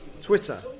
twitter